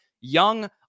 young